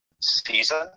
season